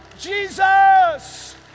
Jesus